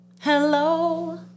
hello